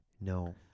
no